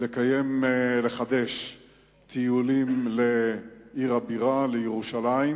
לחדש טיולים לעיר הבירה, לירושלים,